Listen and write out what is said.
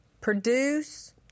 produce